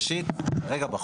אתה רוצה?